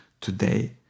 today